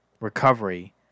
recovery